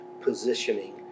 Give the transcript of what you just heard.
positioning